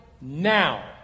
now